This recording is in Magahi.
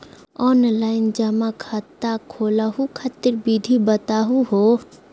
ऑनलाइन जमा खाता खोलहु खातिर विधि बताहु हो?